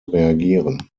reagieren